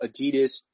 Adidas